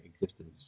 existence